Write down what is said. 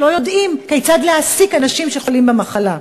שלא יודעים כיצד להעסיק אנשים שחולים במחלה.